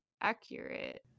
accurate